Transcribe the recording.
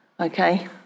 Okay